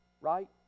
Right